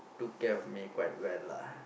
took care of me quite well lah